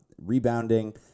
rebounding